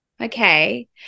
okay